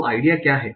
तो आइडिया क्या है